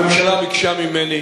הממשלה ביקשה ממני